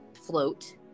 float